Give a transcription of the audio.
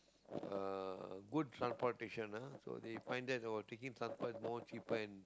uh good transportation ah so they find that about taking transport is more cheaper